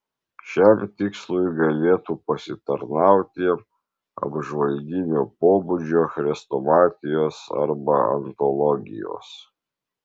šiam tikslui galėtų pasitarnauti apžvalginio pobūdžio chrestomatijos arba antologijos